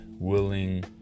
willing